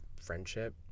friendship